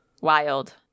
wild